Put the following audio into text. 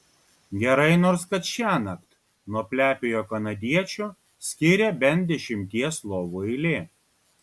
gerai nors kad šiąnakt nuo plepiojo kanadiečio skiria bent dešimties lovų eilė